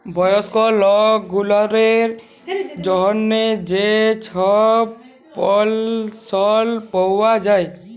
বয়স্ক লক গুলালের জ্যনহে যে ছব পেলশল পাউয়া যায়